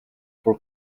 for